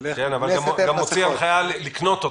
אבל הוא גם הוציא הנחיה לקנות אותן.